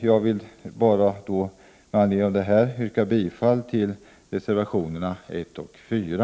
Jag vill med hänvisning till vad jag nu har sagt yrka bifall till reservationerna 1 och 4.